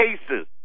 cases